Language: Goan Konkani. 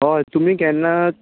हय तुमी केन्ना